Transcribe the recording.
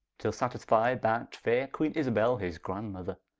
till satisfied, that faire queene isabel, his grandmother,